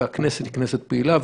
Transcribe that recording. והכנסת היא כנסת פעילה.